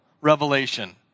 revelation